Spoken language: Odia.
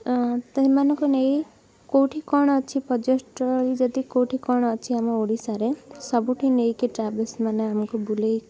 ସେମାନଙ୍କୁ ନେଇ କେଉଁଠି କ'ଣ ଅଛି ପର୍ଯ୍ୟଟନ ସ୍ଥଳୀ ଯଦି କେଉଁଠି କ'ଣ ଅଛି ଆମ ଓଡିଶାରେ ସବୁଠି ନେଇକି ଟ୍ରାଭେଲ୍ସମାନେ ଆମକୁ ବୁଲେଇ